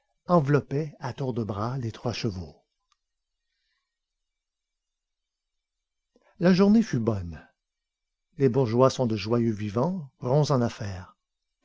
enveloppait à tours de bras les trois chevaux la journée fut bonne les bourgeois sont de joyeux vivants ronds en affaires